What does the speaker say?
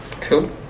Cool